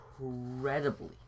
incredibly